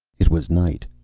it was night.